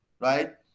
Right